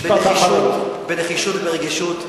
בנחישות וברגישות.